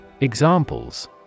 Examples